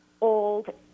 old